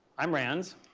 i'm rans.